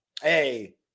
Hey